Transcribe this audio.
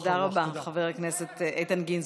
תודה רבה, חבר הכנסת איתן גינזבורג.